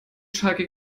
schalke